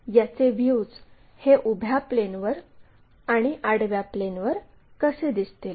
तर याचे व्ह्यूज हे उभ्या प्लेनवर आणि आडव्या प्लेनवर कसे दिसतील